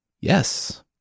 Yes